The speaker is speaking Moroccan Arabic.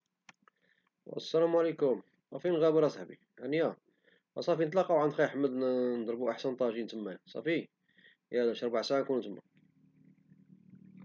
السلام عليكم، أ فين غابر أ صحبي، وصافي نتلقاو عند خاي احمد نضربو أحسن طاجين تما، صافي نتلقاو تما شي ربع ساعة نكون تما.